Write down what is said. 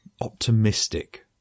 optimistic